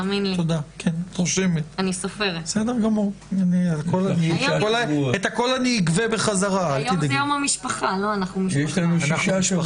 כי בעצם אנחנו אומרים שאנחנו רוצים להחמיר את המבחן של הרלוונטיות בשלב